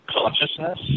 Consciousness